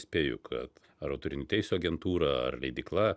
spėju kad ar autorinių teisių agentūra ar leidykla